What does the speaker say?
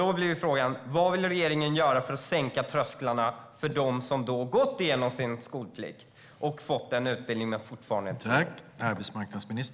Då blir frågan: Vad vill regeringen göra för att sänka trösklarna för dem som har uppfyllt sin skolplikt?